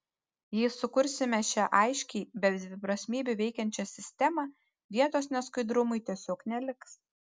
jei sukursime šią aiškiai be dviprasmybių veikiančią sistemą vietos neskaidrumui tiesiog neliks